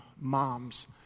moms